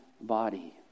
body